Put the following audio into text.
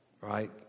right